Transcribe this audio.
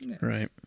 right